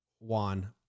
Juan